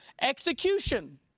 execution